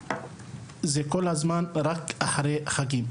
התקיימו כל הזמן אחרי החגים.